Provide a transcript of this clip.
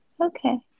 Okay